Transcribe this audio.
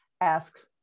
ask